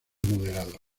moderados